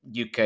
uk